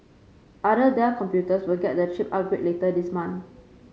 other Dell computers will get the chip upgrade later this month